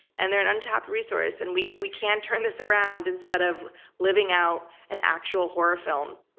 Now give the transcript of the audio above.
and they're an untapped resource, and we we can turn this around instead of living out an actual horror film.